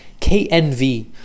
KNV